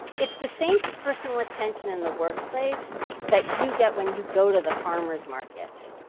it's the same personal attention in the workplace that you get when you go to the farmers' markets.